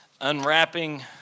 Unwrapping